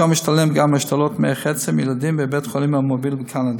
שם השתלם גם בהשתלות מוח עצם בילדים בבית-החולים המוביל בקנדה,